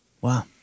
Wow